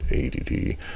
ADD